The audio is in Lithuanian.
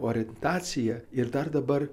orientacija ir dar dabar